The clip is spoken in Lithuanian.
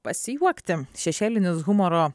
pasijuokti šešėlinis humoro